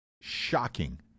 shocking